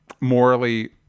morally